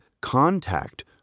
contact